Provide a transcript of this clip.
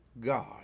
God